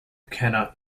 cannot